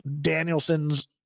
danielson's